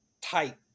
type